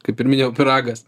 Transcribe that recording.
kaip ir minėjau pyragas